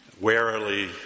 warily